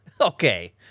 Okay